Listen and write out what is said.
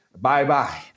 bye-bye